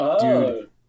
dude